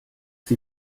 sie